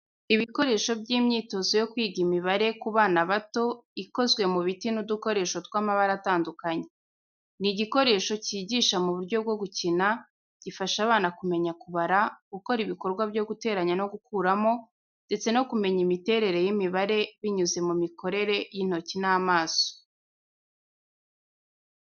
Ibikoresho by’imyitozo yo kwiga imibare ku bana bato, ikozwe mu biti n’udukoresho tw’amabara atandukanye. Ni igikoresho cyigisha mu buryo bwo gukina, gifasha abana kumenya kubara, gukora ibikorwa byo guteranya no gukuramo, ndetse no kumenya imiterere y’imibare binyuze mu mikorere y’intoki n’amaso.